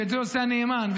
ואת זה עושה הנאמן,